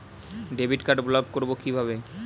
Debit card block করব কিভাবে?